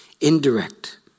indirect